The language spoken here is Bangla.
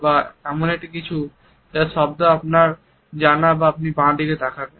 বা এটি এমন কিছু যার শব্দ আপনার জানা তাহলে আপনি বাঁ দিকে তাকাবেন